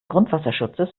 grundwasserschutzes